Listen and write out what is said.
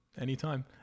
anytime